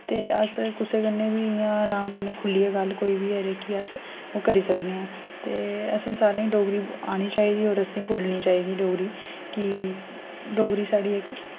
ते अस कुसे कन्ने बी इ'यां आराम करिये खुल्लिये गल्ल कोई बी ऐ जेह्की अस करी सकनेया ते असें सारे डोगरी आनी चाहिदी होर असें बोलनी चाहिदी डोगरी क्यूंकि डोगरी साढ़ी इक